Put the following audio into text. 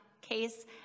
case